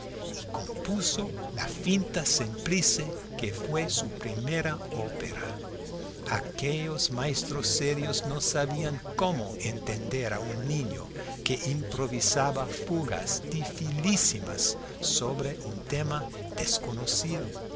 y compuso la finta semplice que fue su primera ópera aquellos maestros serios no sabían cómo entender a un niño que improvisaba fugas dificilísimas sobre un tema desconocido